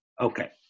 Okay